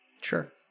Sure